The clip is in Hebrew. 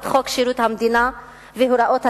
חוק שירות המדינה והוראות התקשי"ר,